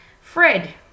Fred